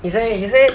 he say he said